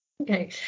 Okay